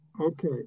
Okay